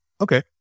Okay